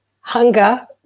hunger